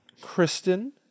Kristen